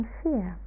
fear